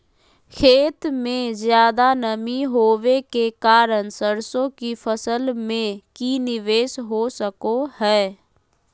खेत में ज्यादा नमी होबे के कारण सरसों की फसल में की निवेस हो सको हय?